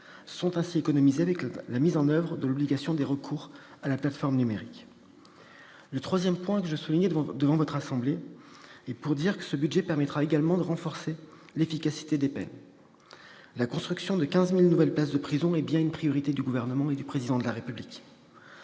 sont économisés avec la mise en oeuvre de l'obligation de recours à la plateforme numérique. J'en viens au troisième point de mon intervention. Ce budget permettra également de renforcer l'efficacité des peines. La construction de 15 000 nouvelles places de prison est bien une priorité du Gouvernement et du Président de la République.